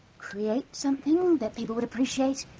create something? that people would appreciate?